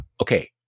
okay